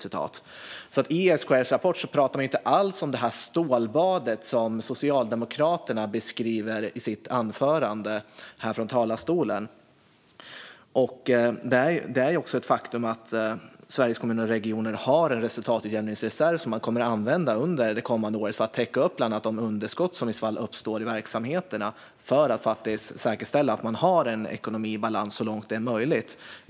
I SKR:s rapport pratar man alltså inte alls om det stålbad som ledamoten från Socialdemokraterna beskriver i sitt anförande från talarstolen. Det är också ett faktum att Sveriges Kommuner och Regioner har en resultatutjämningsreserv som man kommer att använda under det kommande året, bland annat för att täcka upp de underskott som i vissa fall uppstår i verksamheterna och säkerställa att man har en ekonomi i balans, så långt det är möjligt.